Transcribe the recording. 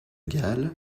galle